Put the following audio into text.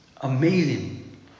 amazing